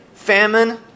Famine